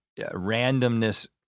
randomness